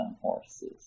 horses